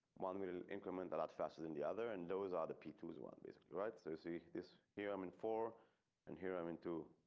one will increment a lot faster than the other and those are the p twos. one basically right so see this here. i'm in four and here i'm into.